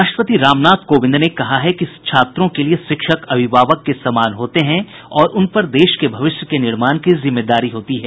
राष्ट्रपति रामनाथ कोविंद ने कहा कि छात्रों के लिए शिक्षक अभिभावक के समान होते हैं और उन पर देश के भविष्य के निर्माण की जिम्मेदारी होती है